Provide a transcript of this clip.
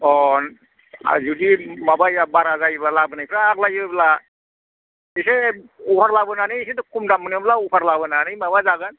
जुदि माबाया बारा जायोबा लाबोनायफ्रा आग्लायोब्ला एसे अभार लाबोनानै एसेथ' खम दाम मोनोब्ला अफार लाबोनानै माबा जागोन